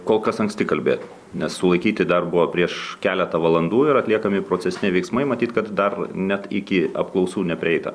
kol kas anksti kalbėt nes sulaikyti dar buvo prieš keletą valandų ir atliekami procesiniai veiksmai matyt kad dar net iki apklausų neprieita